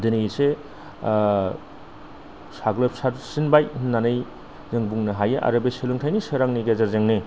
दिनै एसे साग्लोबसारसिनबाय होननानै जों बुंनो हायो आरो बे सोलोंथाइनि सोरांनि गेजेरजोंनो